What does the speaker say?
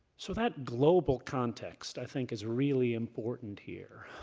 so that global context i think is really important here.